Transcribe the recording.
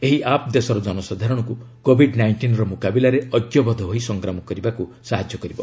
ଏହି ଆପ୍ ଦେଶର ଜନସାଧାରଣଙ୍କୁ କୋଭିଡ୍ ନାଇଷ୍ଟିନ୍ର ମୁକାବିଲାରେ ଏକ୍ୟବଦ୍ଧ ହୋଇ ସଂଗ୍ରାମ କରିବାକୁ ସାହାଯ୍ୟ କରିବ